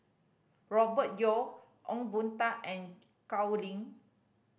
Robert Yeo Ong Boon Tat and Gao Ning